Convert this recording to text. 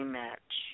match